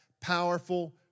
powerful